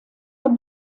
der